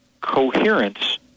coherence